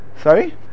sorry